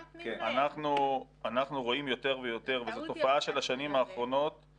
אנחנו רואים יותר ויותר וזאת תופעה של השנים האחרונות,